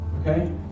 Okay